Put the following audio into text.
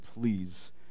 please